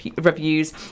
reviews